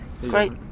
Great